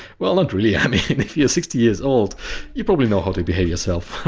well, not really, i mean if you're sixty years old you probably know how to behave yourself,